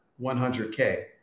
100K